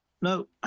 No